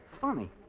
Funny